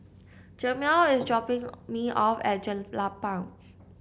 Jamel is dropping me off at Jelapang